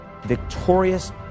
victorious